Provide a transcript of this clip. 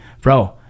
Bro